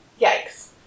Yikes